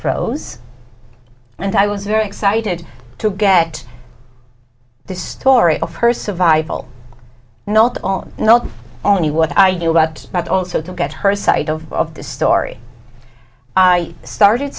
prose and i was very excited to get this story of her survival not on not only what i knew about but also to get her side of the story i started